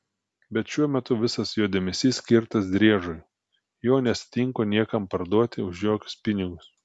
bet šiuo metu visas jo dėmesys skirtas driežui jo nesutinka niekam parduoti už jokius pinigus